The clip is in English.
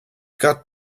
got